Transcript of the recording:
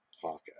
hawk